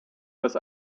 das